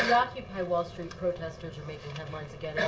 occupy wall street protesters are making headlines again.